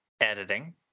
Editing